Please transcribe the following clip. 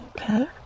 Okay